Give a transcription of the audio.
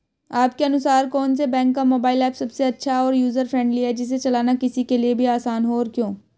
आपके अनुसार कौन से बैंक का मोबाइल ऐप सबसे अच्छा और यूजर फ्रेंडली है जिसे चलाना किसी के लिए भी आसान हो और क्यों?